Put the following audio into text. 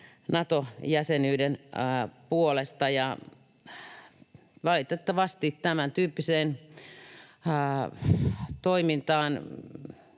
Nato-jäsenyyden puolesta. Valitettavasti tämäntyyppiseen toimintaan